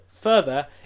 further